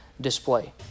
display